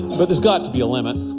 but there's got to be a limit.